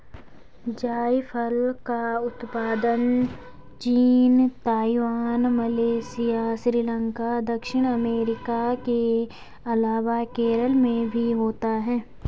जायफल का उत्पादन चीन, ताइवान, मलेशिया, श्रीलंका, दक्षिण अमेरिका के अलावा केरल में भी होता है